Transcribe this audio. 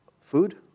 Food